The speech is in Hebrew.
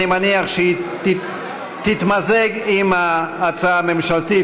שהיא תתמזג עם ההצעה הממשלתית,